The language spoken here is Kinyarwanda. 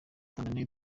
tanzania